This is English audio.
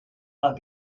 not